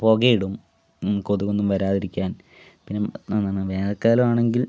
പുകയിടും കൊതുകൊന്നും വരാതിരിക്കാൻ പിന്നെ എന്താണ് വേനൽക്കാലം ആണെങ്കിൽ